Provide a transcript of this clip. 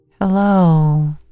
Hello